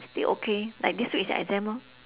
still okay like this week is their exam lor